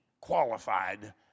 qualified